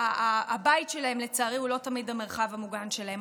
שהבית שלהן, לצערי, הוא לא תמיד המרחב המוגן שלהן.